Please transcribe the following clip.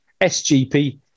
SGP